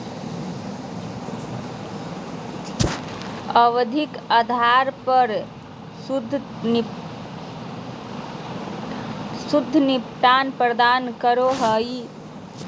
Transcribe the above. आवधिक आधार पर शुद्ध निपटान प्रदान करो हइ